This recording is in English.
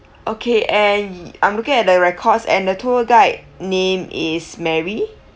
okay and I'm looking at the records and the tour guide name is mary